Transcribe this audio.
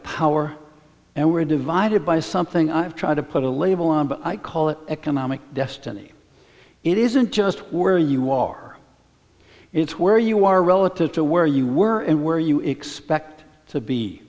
power and we're divided by something i've tried to put a label on but i call it economic destiny it isn't just where you are it's where you are relative to where you were and where you expect to be